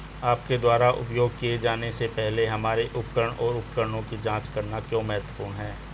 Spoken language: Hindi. आपके द्वारा उपयोग किए जाने से पहले हमारे उपकरण और उपकरणों की जांच करना क्यों महत्वपूर्ण है?